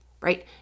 right